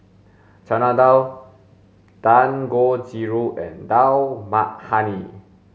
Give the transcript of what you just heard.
Chana Dal Dangojiru and Dal Makhani